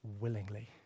willingly